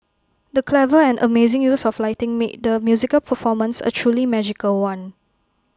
the clever and amazing use of lighting made the musical performance A truly magical one